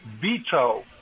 veto